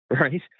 Right